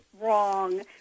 wrong